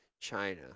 China